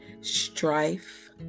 strife